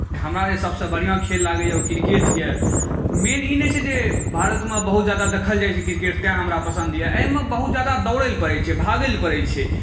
हमरा जे सबसँ बढ़िआँ जे खेल लागैए ओ किरकेट अइ मेन ई नहि छै जे भारतमे बहुत ज्यादा देखल जाइ छै किरकेट तेँ हमरा पसन्द अइ एहिमे बहुत ज्यादा दौड़ैलए पड़ै छै भागैलए पड़ै छै